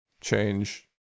change